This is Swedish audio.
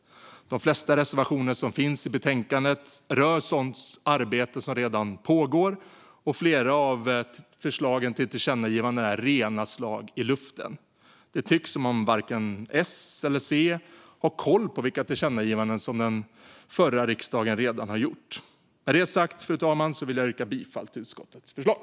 De flesta av de reservationer som finns i betänkandet rör sådant arbete som redan pågår, och flera av förslagen om tillkännagivanden är slag i luften. Det tycks som om varken S eller C har koll på vilka tillkännagivanden som den tidigare riksdagen redan har gjort. Med det sagt vill jag, fru talman, yrka bifall till utskottets förslag.